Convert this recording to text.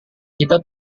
kita